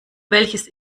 welches